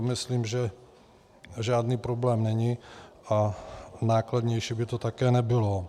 Myslím, že to žádný problém není a nákladnější by to také nebylo.